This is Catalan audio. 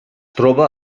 troba